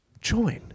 join